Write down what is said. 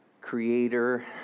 Creator